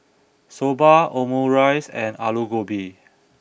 Soba Omurice and Alu Gobi